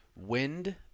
wind